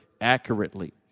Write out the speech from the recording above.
accurately